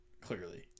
Clearly